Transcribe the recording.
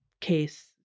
case